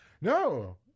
No